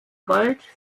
gold